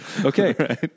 Okay